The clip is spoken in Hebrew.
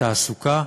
בתעסוקה,